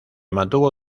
mantuvo